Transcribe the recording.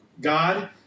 God